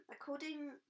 According